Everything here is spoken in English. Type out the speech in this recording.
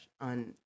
on